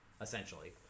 essentially